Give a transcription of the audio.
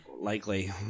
likely